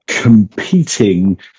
competing